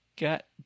get